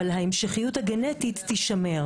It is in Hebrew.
אבל ההמשכיות הגנטית תימשך.